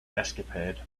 escapade